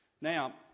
Now